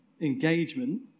engagement